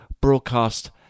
broadcast